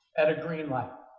at a green light?